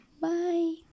Bye